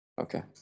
Okay